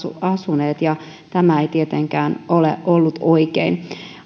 asuneet ja tämä ei tietenkään ole ollut oikein